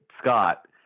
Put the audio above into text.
Scott